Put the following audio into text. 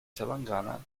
telangana